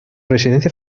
residencia